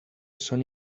són